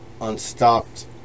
unstopped